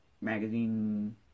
Magazine